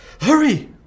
Hurry